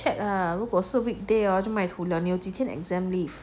check ah 如果是 weekday ah 你就 mai tu 了你有几天 exam leave